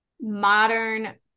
modern